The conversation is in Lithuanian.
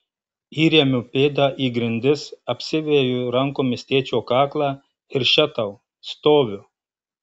įremiu pėdą į grindis apsiveju rankomis tėčio kaklą ir še tau stoviu